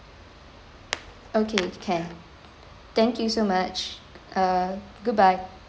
okay can thank you so much uh goodbye